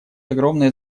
огромное